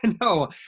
No